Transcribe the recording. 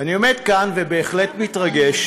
אני עומד כאן ובהחלט מתרגש,